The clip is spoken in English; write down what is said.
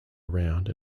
around